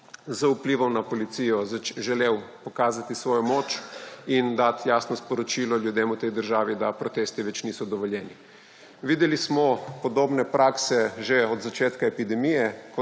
z vplivom na policijo želel pokazati svojo moč in dati jasno sporočilo ljudem v tej državi, da protesti več niso dovoljeni. Videli smo podobne prakse že od začetka epidemije,